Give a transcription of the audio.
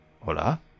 Hola